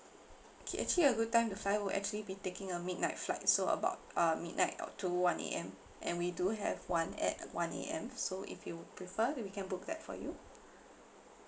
okay actually a good time to fly would actually be taking a midnight flight so about uh midnight or to one A_M and we do have one at one A_M so if you would prefer then we can book that for you